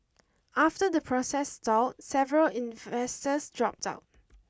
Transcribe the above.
after the process stalled several investors dropped out